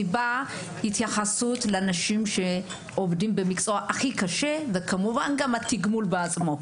הסיבה התייחסות לנשים שעובדות במקצוע הכי קשה וכמובן גם התגמול בעצמו.